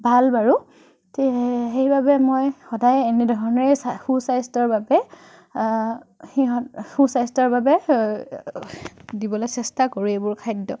ভাল বাৰু সেইবাবে মই সদায় এনেধৰণেৰে সুস্বাস্থ্যৰ বাবে সিহঁত সুস্বাস্থ্যৰ বাবে দিবলৈ চেষ্টা কৰোঁ এইবোৰ খাদ্য